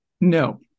no